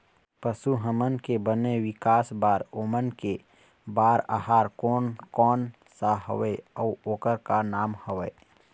पशु हमन के बने विकास बार ओमन के बार आहार कोन कौन सा हवे अऊ ओकर का नाम हवे?